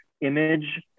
image